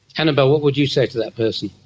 annabel, what would you say to that person?